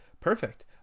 perfect